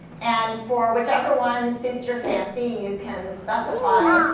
and for whichever one suits your fancy, you can specify.